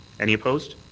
any opposed?